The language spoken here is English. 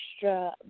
extra